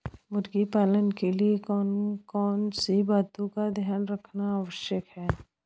मुर्गी पालन के लिए कौन कौन सी बातों का ध्यान रखना आवश्यक है?